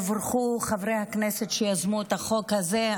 יבורכו חברי הכנסת שיזמו את החוק הזה.